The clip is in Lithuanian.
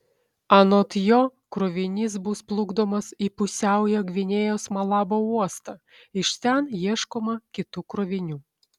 anot jo krovinys bus plukdomas į pusiaujo gvinėjos malabo uostą iš ten ieškoma kitų krovinių